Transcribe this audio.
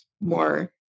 more